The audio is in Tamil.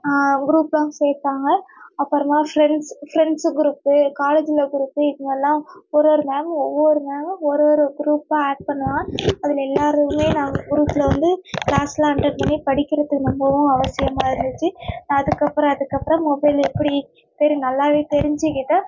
குரூப்லாம் சேர்த்தாங்க அப்புறமா ஃப்ரெண்ட்ஸ் ஃப்ரெண்ட்ஸு குரூப்பு காலேஜில் குரூப்பு இது மாரிலாம் ஒரு ஒரு மேமும் ஒவ்வொரு மேமும் ஒரு ஒரு குரூப்பாக ஆட் பண்ணுவா அதில் எல்லாருமே நாங்க குரூப்பில் வந்து கிளாஸெலாம் அட்டென்ட் பண்ணி படிக்கிறத்து ரொம்பவும் அவசியமாக இருந்துச்சு நா அதுக்கப்புறோம் அதுக்கப்புறோம் மொபைல் எப்படி தெரி நல்லாவே தெரிஞ்சுகிட்டேன்